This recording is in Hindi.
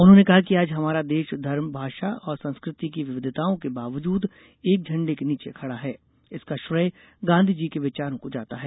उन्होंने कहा कि आज हमारा देश धर्म भाषा और संस्कृति की विविधताओं के बावजूद एक झंडे के नीचे खड़ा है इसका श्रेय गांधीजी के विचारों को जाता है